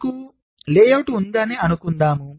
మనకు లేఅవుట్ ఉందని అనుకుందాం